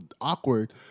awkward